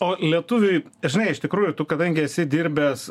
o lietuviai žinai iš tikrųjų tu kadangi esi dirbęs